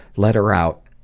let her out.